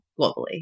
globally